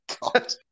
God